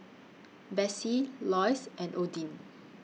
Besse Loyce and Odin